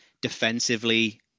defensively